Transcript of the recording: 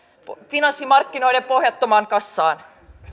finanssimarkkinoiden pohjattomaan kassaan